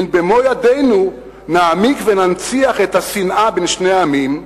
הן במו ידינו נעמיק וננציח את השנאה בין שני העמים,